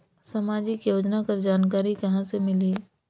समाजिक योजना कर जानकारी कहाँ से मिलही?